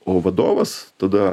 o vadovas tada